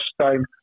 time